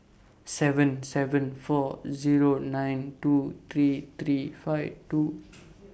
seven seven four Zero nine two three three five two